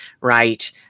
right